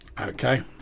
Okay